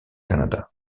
canada